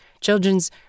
children's